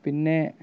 പിന്നെ